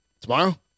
Tomorrow